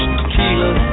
tequila